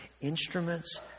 instruments